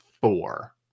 four